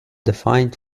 defined